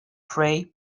pray